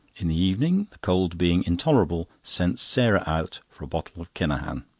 in the evening, the cold being intolerable, sent sarah out for a bottle of kinahan.